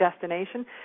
destination